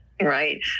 Right